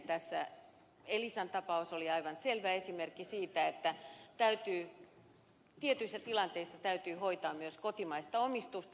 tässä elisan tapaus oli aivan selvä esimerkki siitä että tietyissä tilanteissa täytyy hoitaa myös kotimaista omistusta